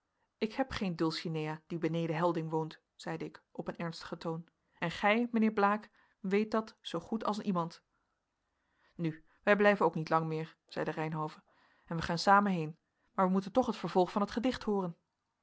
ik heb geen dulcinea die beneden helding woont zeide ik op een ernstigen toon en gij mijnheer blaek weet dat zoogoed als iemand nu wij blijven ook niet lang meer zeide reynhove en wij gaan samen heen maar wij moeten toch het vervolg van het gedicht hooren